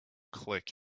click